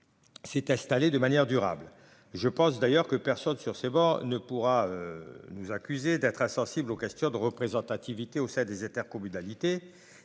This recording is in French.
S'est installer de manière durable. Je pense d'ailleurs que personne sur ces bords ne pourra. Nous accuser d'être insensible aux questions de représentativité au sein des intercommunalités,